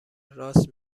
راست